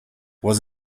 was